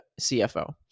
CFO